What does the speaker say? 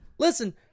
Listen